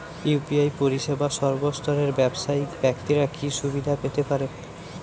UPI পরিসেবা সর্বস্তরের ব্যাবসায়িক ব্যাক্তিরা কি সুবিধা পেতে পারে?